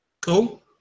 Cool